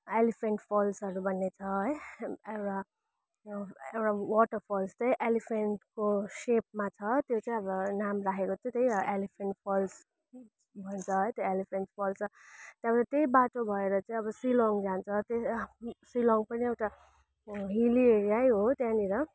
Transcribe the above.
elephant फल्सहरू भन्ने छ है एउटा एउटा वाटरफल्स चाहिँ एलिफेन्टको सेपमा छ त्यो चाहिँ अब नाम राखेको छ त्यही भएर एलिफेन्ट फल्स भन्छ है त्यहाँ एलिफेन्ट भन्छ र अब त्यही बाटो भएर चाहिँ अब सिलोङ जान्छ त्यही सिलङ पनि एउटा हिल्ली एरियै हो त्यहाँनिर